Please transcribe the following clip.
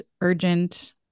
urgent